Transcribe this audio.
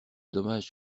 dommage